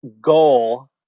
goal